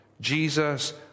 Jesus